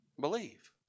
Believe